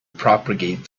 propagate